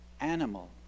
animal